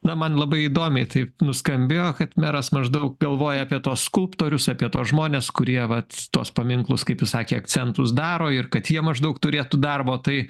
na man labai įdomiai taip nuskambėjo kad meras maždaug galvoja apie tuos skulptorius apie tuos žmones kurie vat tuos paminklus kaip jis sakė akcentus daro ir kad jie maždaug turėtų darbo tai